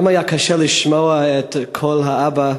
היה קשה לשמוע את קול האבא,